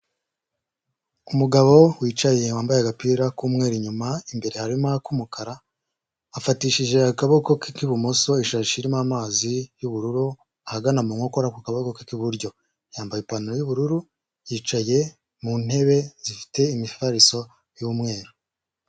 Umugabo wicaye wambaye agapira k’umweru inyuma, imbere harimo aku umukara. Afatishije akaboko ke k’ibumoso ishashi irimo amazi y’ ubururu, ahagana mu nkokora ku kaboko k’iburyo. Yambaye ipanta y’ ubururu yicaye mu ntebe zifite imifariso y’umweru.